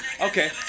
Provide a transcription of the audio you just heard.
Okay